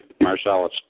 Marcellus